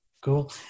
cool